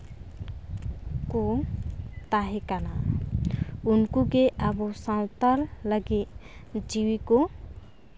ᱠᱚ ᱛᱟᱦᱮᱸ ᱠᱟᱱᱟ ᱩᱱᱠᱩᱜᱮ ᱟᱵᱚ ᱥᱟᱵᱛᱟᱞ ᱞᱟᱹᱜᱤᱫ ᱡᱤᱣᱤ ᱠᱚ